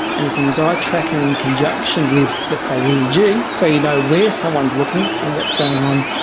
and you can use ah eye tracking in conjunction with let's say eeg, so you know where someone is looking and what's going on.